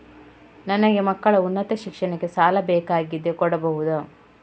ನನಗೆ ಮಕ್ಕಳ ಉನ್ನತ ಶಿಕ್ಷಣಕ್ಕೆ ಸಾಲ ಬೇಕಾಗಿದೆ ಕೊಡಬಹುದ?